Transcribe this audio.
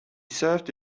served